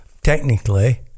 technically